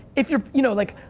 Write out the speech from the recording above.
if you're, you know, like,